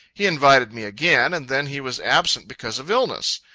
he invited me again, and then he was absent because of illness.